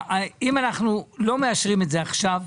אם אנחנו לא מאשרים את זה עכשיו,